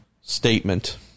statement